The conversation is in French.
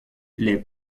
les